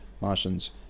Martians